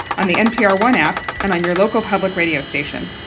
on the npr one app and on your local public radio station.